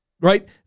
Right